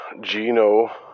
Gino